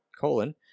colon